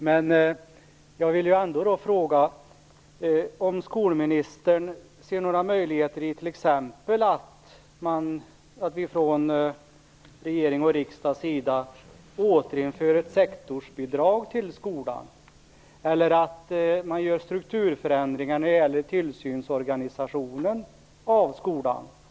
Men jag vill ändå fråga om skolministern ser några möjligheter i att vi t.ex. från regering och riksdag återinför ett sektorsbidrag till skolan, eller att man gör strukturförändringar när det gäller tillsynsorganisationen i skolan.